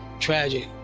tragic,